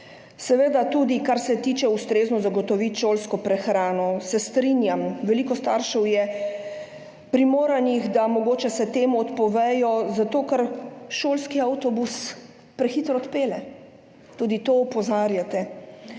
da ni tako. Kar se tiče ustrezne zagotovitve šolske prehrane. Strinjam se, veliko staršev je primoranih, da se mogoče temu odpovejo, zato ker šolski avtobus prehitro odpelje. Tudi na to opozarjate.